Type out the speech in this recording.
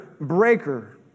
breaker